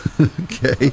Okay